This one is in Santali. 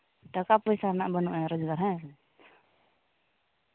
ᱴᱟᱠᱟ ᱯᱚᱭᱥᱟ ᱨᱮᱱᱟᱜ ᱵᱟᱹᱱᱩᱜᱼᱟ ᱨᱳᱡᱽᱜᱟᱨ ᱦᱮᱸ